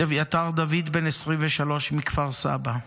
את אביתר דוד, בן 23, מכפר סבא,